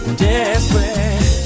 desperate